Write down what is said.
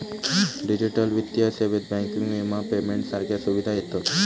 digital वित्तीय सेवेत banking, विमा, पेमेंट सारख्या सुविधा येतत